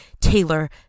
Taylor